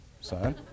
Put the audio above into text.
son